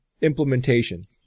implementation